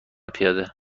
پیاده